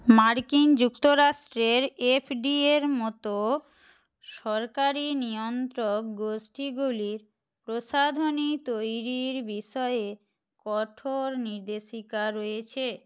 মার্কিন যুক্তরাষ্ট্রের এফডিএর মতো সরকারি নিয়ন্ত্রক গোষ্ঠীগুলির প্রসাধনী তৈরির বিষয়ে কঠোর নির্দেশিকা রয়েছে